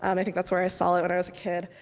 um i think that's where i saw it when i was a kid.